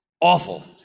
Awful